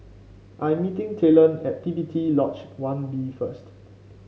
I am meeting Talon at P P T Lodge One B first